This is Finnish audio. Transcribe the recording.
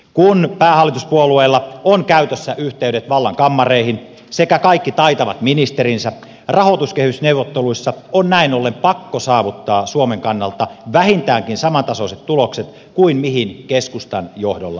kun päähallituspuolueilla ovat käytössään yhteydet vallan kammareihin sekä kaikki taitavat ministerinsä rahoituskehysneuvotteluissa on näin ollen pakko saavuttaa suomen kannalta vähintäänkin samantasoiset tulokset kuin mihin keskustan johdolla päästiin